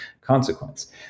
consequence